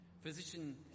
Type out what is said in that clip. Physician